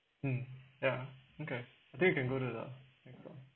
mm yeah okay I think you can go to the next one